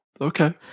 Okay